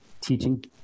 teaching